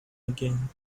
again